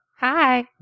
Hi